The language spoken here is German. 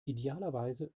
idealerweise